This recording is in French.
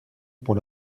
pour